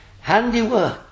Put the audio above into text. handiwork